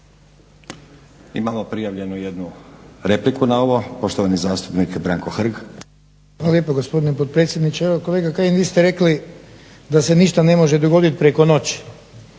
Imamo prijavljenu jednu repliku na ovo. Poštovani zastupnik Branko Hrg. **Hrg, Branko (HSS)** Hvala lijepo gospodine potpredsjedniče. Evo kolega Kajin vi ste rekli da se ništa ne može dogoditi preko noći.